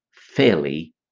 fairly